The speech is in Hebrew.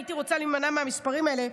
הייתי רוצה להימנע מהמספרים האלה,